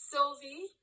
Sylvie